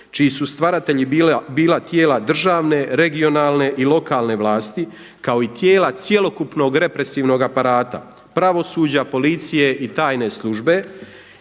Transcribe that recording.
čiji su stvaratelji bila tijela državne, regionalne i lokalne vlasti kao i tijela cjelokupnog represivnog aparata pravosuđa, policije i tajne službe